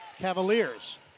Cavaliers